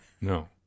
no